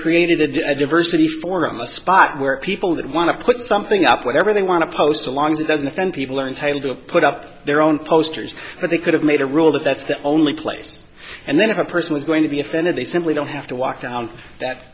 created a diversity for on the spot where people that want to put something up whatever they want to post so long as it doesn't offend people are entitled to put up their own posters but they could have made a rule that that's the only place and then if a person was going to be offended they simply don't have to walk down that